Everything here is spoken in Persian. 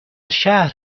شهر